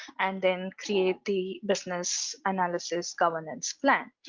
and then create the business analysis governance plan.